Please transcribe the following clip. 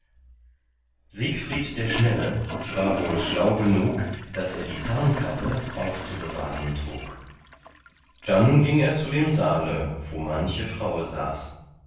siegfried der schnelle war wohl schlau genug daß er die tarnkappe aufzubewahren trug dann ging er zu dem saale wo manche fraue saß